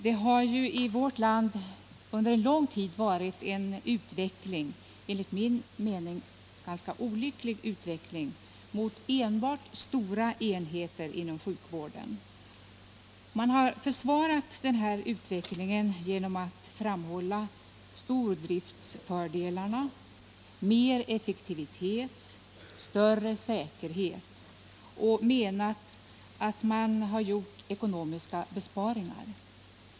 Det har i vårt land under lång tid varit en utveckling — enligt min mening en ganska olycklig utveckling - mot enbart stora enheter inom sjukvården. Man har försvarat den utvecklingen genom att framhålla stordriftsfördelarna — mer effektivitet, större säkerhet och ekonomiska besparingar.